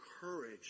courage